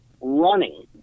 running